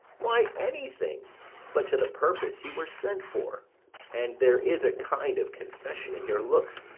why, anything but to the purpose. you were sent for and there is a kind of confession in your looks,